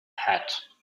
hat